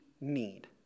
need